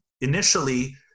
Initially